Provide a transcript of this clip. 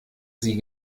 sie